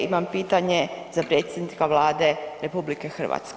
Imam pitanje za predsjednika Vlade RH.